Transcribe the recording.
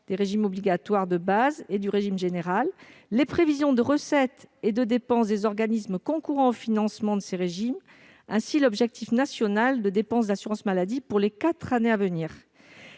des régimes obligatoires de base et du régime général, les prévisions de recettes et de dépenses des organismes concourant au financement de ces régimes ainsi que l'objectif national de dépenses d'assurance maladie pour les quatre années à venir